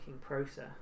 process